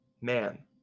Man